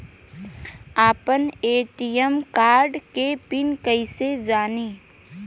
आपन ATM card के pin कईसे जानी?